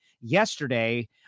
yesterday